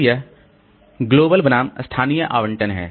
फिर यह वैश्विक बनाम स्थानीय आवंटन है